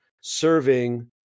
serving